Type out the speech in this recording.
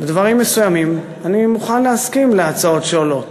לדברים מסוימים אני מוכן להסכים בהצעות שעולות.